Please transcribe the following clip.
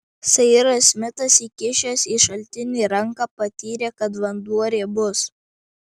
sairas smitas įkišęs į šaltinį ranką patyrė kad vanduo riebus